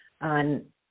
on